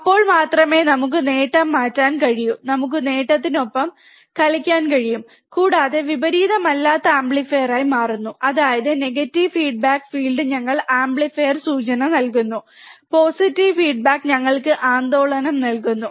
അപ്പോൾ മാത്രമേ നമുക്ക് നേട്ടം മാറ്റാൻ കഴിയൂ നമുക്ക് നേട്ടത്തിനൊപ്പം കളിക്കാൻ കഴിയും കൂടാതെ വിപരീതമല്ലാത്ത ആംപ്ലിഫയറായി മാറുന്നു അതായത് നെഗറ്റീവ് ഫീഡ്ബാക്ക് ഫീൽഡ് ഞങ്ങൾക്ക് ആംപ്ലിഫയർ സൂചന നൽകുന്നു പോസിറ്റീവ് ഫീഡ്ബാക്ക് ഞങ്ങൾക്ക് ആന്ദോളനം നൽകുന്നു